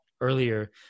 earlier